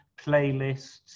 playlists